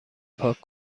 پاک